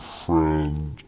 friend